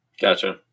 Gotcha